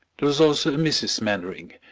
there was also a mrs. mainwaring,